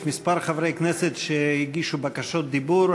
יש כמה חברי כנסת שהגישו בקשות דיבור.